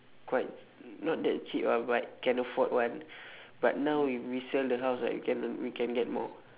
quite not that cheap ah but can afford [one] but now if we sell the house right we can earn we can get more